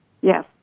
Yes